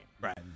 Right